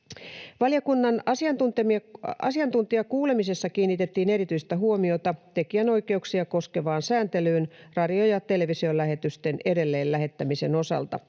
Valiokunnan asiantuntijakuulemisessa kiinnitettiin erityistä huomiota tekijänoikeuksia koskevaan sääntelyyn radio- ja televisiolähetysten edelleen lähettämisen osalta.